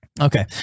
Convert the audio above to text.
Okay